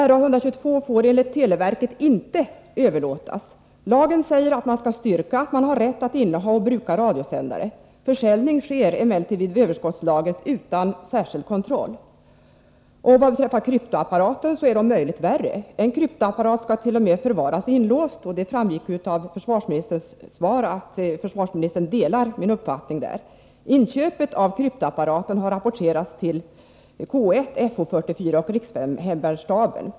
Ra 122 får enligt televerket inte överlåtas. Lagen säger att man skall styrka att man har rätt att inneha och bruka radiosändare. Försäljning sker emellertid vid överskottslagret utan särskild kontroll. Vad beträffar kryptoapparaten är läget om möjligt värre. En kryptoapparat skall t.o.m. förvaras inlåst. Det framgick av försvarsministerns svar att försvarsministern delar min uppfattning på den punkten. Inköpet av kryptoapparater har rapporterats till K1/Fo 44 och rikshemvärnsstaben.